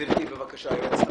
גברתי היועצת המשפטית,